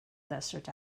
desert